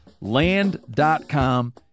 Land.com